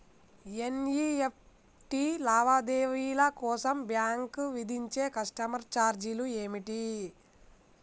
NEFT లావాదేవీల కోసం bank విధించే కస్టమర్ ఛార్జీలు ఏమిటి?